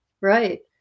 Right